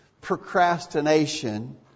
procrastination